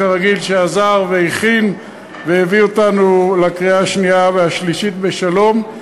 שכרגיל עזר והכין והביא אותנו לקריאה השנייה והשלישית בשלום.